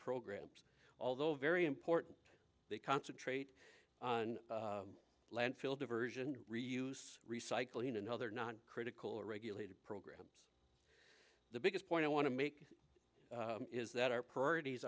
programs although very important they concentrate on landfill diversion reuse recycling and other not critical regulated the biggest point i want to make is that our priorities